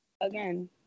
again